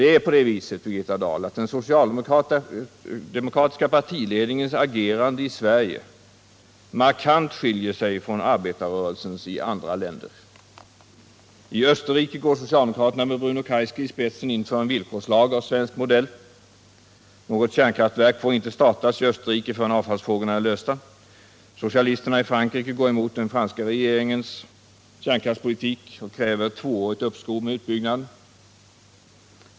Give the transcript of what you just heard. Det är så, Birgitta Dahl, att den socialdemokratiska partiledningens agerande i Sverige markant skiljer sig från arbetarrörelsens i andra länder. I Österrike går socialdemokraterna med Bruno Kreisky i spetsen in för en villkorslag av svensk modell. Något kärnkraftverk får inte startas i Österrike förrän avfallsfrågorna är lösta. Socialisterna i Frankrike går emot den franska regeringens kärnkraftspolitik och kräver ett tvåårigt uppskov med utbyggnaden.